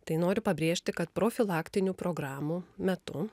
tai noriu pabrėžti kad profilaktinių programų metu